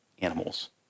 animals